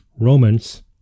Romans